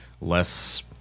less